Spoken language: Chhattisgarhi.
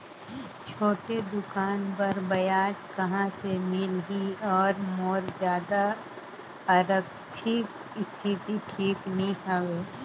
छोटे दुकान बर ब्याज कहा से मिल ही और मोर जादा आरथिक स्थिति ठीक नी हवे?